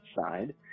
side